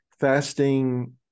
fasting